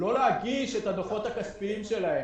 לא להגיש את הדוחות הכספיים שלהן.